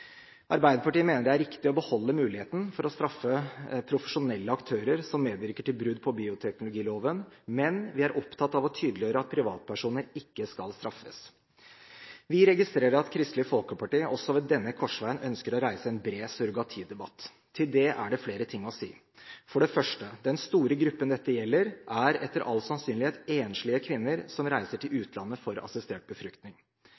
Arbeiderpartiet mener det er riktig å beholde muligheten for å straffe profesjonelle aktører som medvirker til brudd på bioteknologiloven, men vi er opptatt av å tydeliggjøre at privatpersoner ikke skal straffes. Vi registrerer at Kristelig Folkeparti også ved denne korsveien ønsker å reise en bred surrogatidebatt. Til det er det flere ting å si. For det første: Den store gruppen dette gjelder, er etter all sannsynlighet enslige kvinner som reiser til utlandet for å få assistert befruktning.